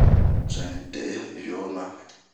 Musin un de'e yonu na.